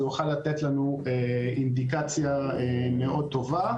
זה יוכל לתת לנו אינדיקציה מאוד טובה.